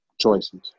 choices